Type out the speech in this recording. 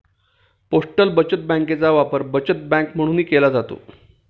postal बचत बँकेचा वापर बचत बँक म्हणूनही केला जातो